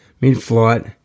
Mid-flight